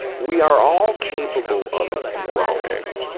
we are all capable of growing,